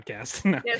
podcast